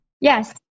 Yes